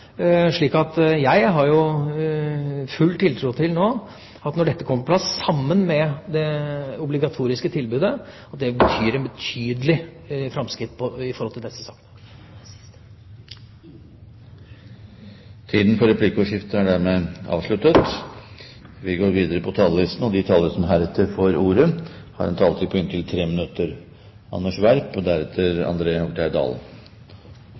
Jeg har nå full tiltro til at når dette kommer på plass, sammen med det obligatoriske tilbudet, vil det bety betydelige framskritt i forhold til disse sakene. Replikkordskiftet er omme. De talere som heretter får ordet, har en taletid på inntil 3 minutter. Det er all grunn til å glede seg over at det er en samlet komité og